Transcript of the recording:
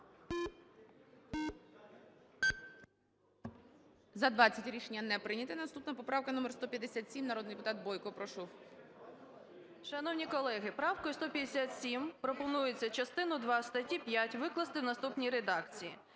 За-20 Рішення не прийнято. Наступна поправка - номер 157. Народна депутат Бойко, прошу. 11:43:31 БОЙКО О.П. Шановні колеги, правкою 157 пропонується частину два статті 5 викласти в наступній редакції: